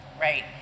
right